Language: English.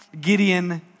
Gideon